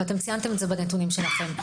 וציינתם זאת בנתונים שלכם.